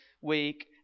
week